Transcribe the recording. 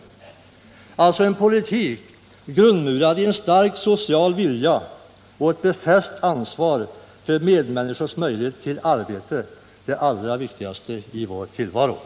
Jag förväntar mig en politik, grundmurad i en stark social vilja och ett befäst ansvar för medmänniskors möjlighet till arbete — det allra viktigaste i tillvaron.